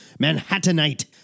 Manhattanite